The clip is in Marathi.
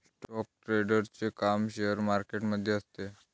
स्टॉक ट्रेडरचे काम शेअर मार्केट मध्ये असते